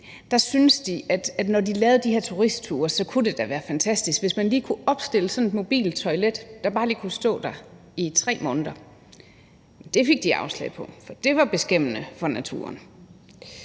Der synes de, at når de lavede de her turistture, så kunne det da være fantastisk, hvis man lige kunne opstille sådan et mobilt toilet, der kunne stå der bare i 3 måneder. Men det fik de afslag på, for det var beskæmmende for naturen.